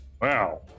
Wow